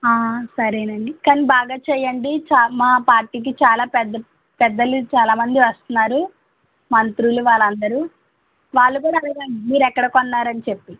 సరేనండి కానీ బాగా చెయ్యండి చా మా పార్టీకి చాలా పెద్ద పెద్దలు చాలామంది వస్తున్నారు మంత్రులు వాళ్ళందరూ వాళ్ళు కూడా అడగండి మీరెక్కడ కొన్నారని చెప్పి